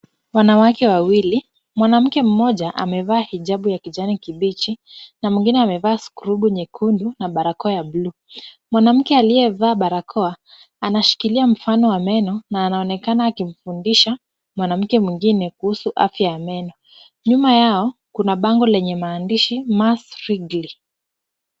Wanawake wawili. Mwanamke mmoja amevaa hijabu ya kijani kibichi, na mwingine amevaa skrubu nyekundu na barakoa ya buluu. Mwanamke aliyevaa barakoa anashkilia mfano wa meno, na anaonekana akimfundisha mwanamke mwingine kuhusu afya ya meno. Nyuma yao kuna bango lenye maandishi mass wrigley